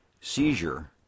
seizure